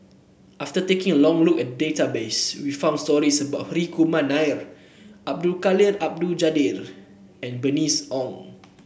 after taking a long look at database we found stories about Hri Kumar Nair Abdul Jalil Abdul Kadir and Bernice Ong